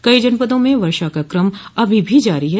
कई जनपदों में वर्षा का क्रम अभी भी जारी है